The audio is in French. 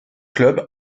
club